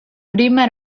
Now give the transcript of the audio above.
prima